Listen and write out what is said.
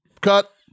Cut